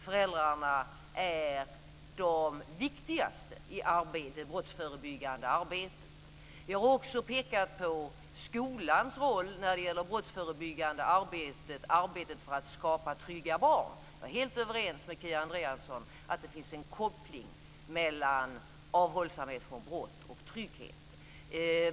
Föräldrarna är de viktigaste i det brottsförebyggande arbetet. Vi har också pekat på skolans roll i arbetet för att skapa trygga barn. Jag är helt överens med Kia Andreasson att det finns en koppling mellan avhållsamhet från brott och trygghet.